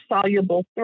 soluble